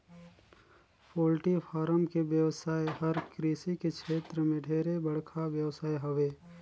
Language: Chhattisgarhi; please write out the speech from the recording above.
पोल्टी फारम के बेवसाय हर कृषि के छेत्र में ढेरे बड़खा बेवसाय हवे